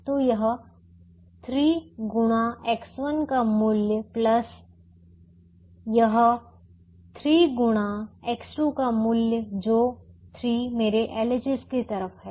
तो यह 3 गुणा X1 का मूल्य प्लस यह 3 गुणा X2 का मूल्य जो 3 मेरे LHS की तरफ है